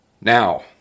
Now